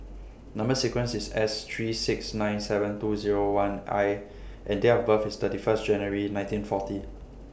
Number sequence IS S three six nine seven two Zero one I and Date of birth IS thirty First January nineteen forty